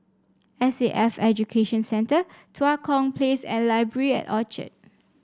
S A F Education Centre Tua Kong Place and Library at Orchard